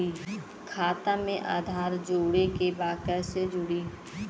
खाता में आधार जोड़े के बा कैसे जुड़ी?